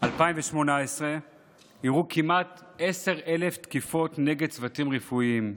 2018 אירעו כמעט עשר אלף תקיפות נגד צוותים רפואיים.